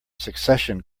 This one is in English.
succession